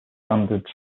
standards